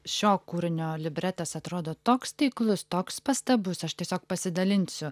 šio kūrinio libretas atrodo toks taiklus toks pastabus aš tiesiog pasidalinsiu